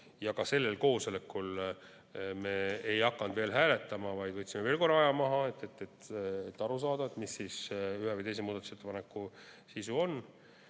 Ka sellel koosolekul me ei hakanud veel hääletama, vaid võtsime veel korra aja maha, et aru saada, mis ühe või teise muudatusettepaneku sisu on.